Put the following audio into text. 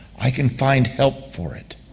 i can find help for it.